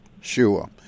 Sure